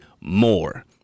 more